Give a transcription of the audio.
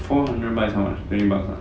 four hundred baht is how much twenty bucks ah